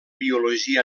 biologia